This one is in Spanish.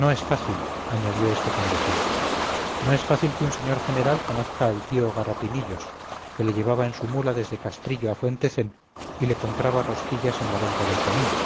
no es fácil añadió este con desdén no es fácil que un señor general conozca al tío garrapinillos que le llevaba en su mula desde castrillo a fuentecén y le compraba rosquillas en la venta del camino